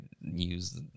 use